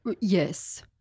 Yes